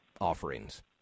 offerings